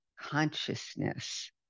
consciousness